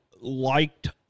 liked